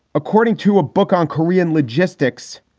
according to a book on korean logistics.